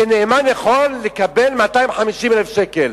שנאמן יכול לקבל 250,000 שקל.